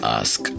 ask